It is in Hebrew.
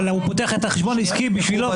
אבל הוא פותח את החשבון העסקי שלו,